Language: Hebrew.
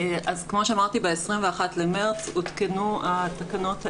כמו שאמרתי, ב-21 במארס הותקנו התקנות האלה,